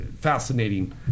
fascinating